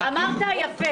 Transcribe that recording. אמרת יפה,